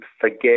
forget